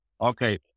Okay